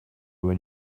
when